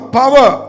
power